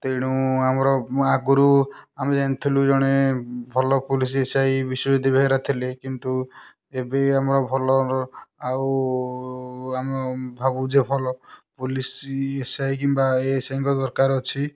ତେଣୁ ଆମର ଆଗରୁ ଆମେ ଜାଣିଥିଲୁ ଜଣେ ଭଲ ପୋଲିସ୍ ସେଇ ବିଶ୍ଵଜିତ ବେହେରା ଥିଲେ କିନ୍ତୁ ଏବେ ଆମର ଭଲ ଆଉ ଆମେ ଭାବୁଛୁ ଭଲ ବୋଲି ପୋଲିସ୍ ଏସ୍ ଆଇ କିମ୍ବା ଏଏସ୍ଆଇଙ୍କ ଦରକାର ଅଛି